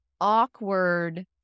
awkward